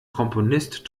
komponist